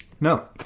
No